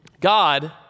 God